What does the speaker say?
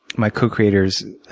my co-creators,